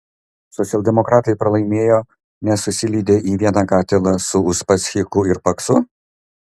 socialdemokratai pralaimėjo nes susilydė į vieną katilą su uspaskichu ir paksu